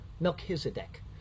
melchizedek